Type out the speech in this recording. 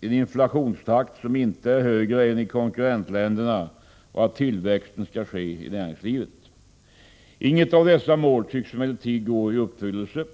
en inflationstakt som inte är högre än i konkurrentländerna och att tillväxten skall ske i näringslivet. Inget av dessa mål tycks emellertid gå i uppfyllelse.